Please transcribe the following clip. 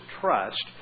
trust